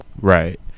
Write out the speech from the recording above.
Right